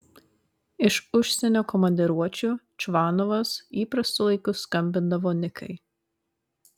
iš užsienio komandiruočių čvanovas įprastu laiku skambindavo nikai